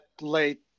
late